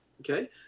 okay